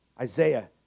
Isaiah